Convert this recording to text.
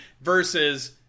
versus